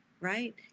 right